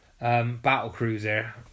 Battlecruiser